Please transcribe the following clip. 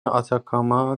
آتاکاما